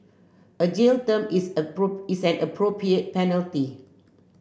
a jail term is a is an appropriate penalty